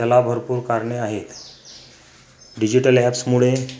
त्याला भरपूर कारणे आहेत डिजिटल ॲप्समुळे